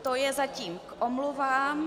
To je zatím k omluvám.